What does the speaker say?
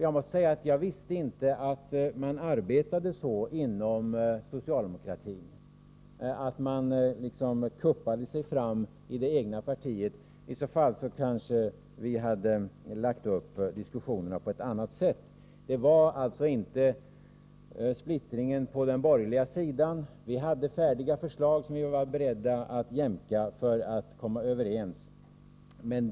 Jag måste säga, att jag visste inte att man arbetade så inom socialdemokratin — att man liksom kuppade sig fram i det egna partiet. Om vi vetat detta hade vi kanske lagt upp diskussionerna på ett annat sätt. Det var alltså inte fråga om splittring på den borgerliga sidan. Vi hade färdiga förslag som vi var beredda att jämka för att det skulle bli en överenskommelse.